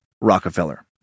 Rockefeller